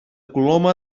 coloma